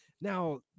Now